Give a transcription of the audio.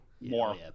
More